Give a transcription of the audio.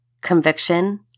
conviction